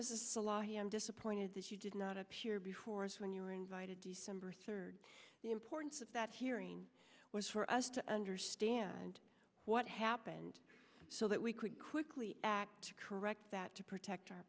mrs salahi i'm disappointed that you did not appear before us when you were invited december third the importance of that hearing was for us to understand what happened so that we could quickly to correct that to protect our